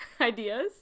ideas